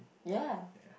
ya